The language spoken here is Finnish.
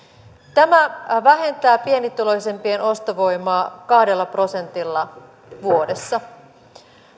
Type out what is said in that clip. tämä vähentää pienituloisempien ostovoimaa kahdella prosentilla vuodessa